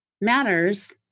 matters